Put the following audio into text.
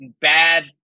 bad